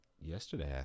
yesterday